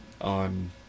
on